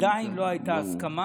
עליהם עדיין לא הייתה הסכמה.